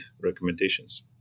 recommendations